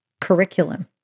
curriculum